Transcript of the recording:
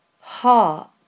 heart